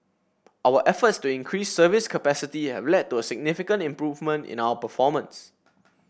our efforts to increase service capacity have led to a significant improvement in our performance